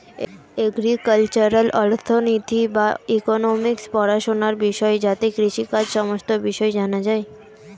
agricultural অর্থনীতি বা economics পড়াশোনার বিষয় যাতে কৃষিকাজের সমস্ত বিষয় জানা যায়